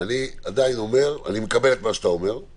אני מקבל את מה שאתה אומר,